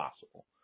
possible